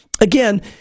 again